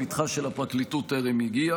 לפתחה של הפרקליטות טרם הגיע.